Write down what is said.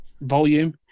volume